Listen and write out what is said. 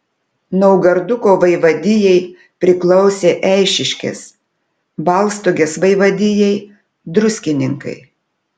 naugarduko vaivadijai priklausė eišiškės balstogės vaivadijai druskininkai